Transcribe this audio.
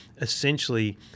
essentially